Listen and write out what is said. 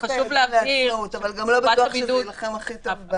זה דרך לחנך את הילדים לעצמאות,